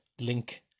link